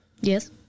Yes